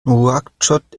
nouakchott